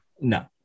No